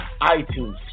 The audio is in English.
iTunes